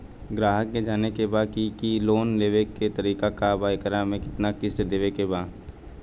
ग्राहक के जाने के बा की की लोन लेवे क का तरीका बा एकरा में कितना किस्त देवे के बा?